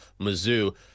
Mizzou